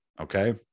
okay